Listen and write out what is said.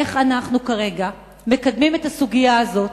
איך אנחנו כרגע מקדמים את הסוגיה הזאת,